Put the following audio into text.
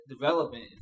development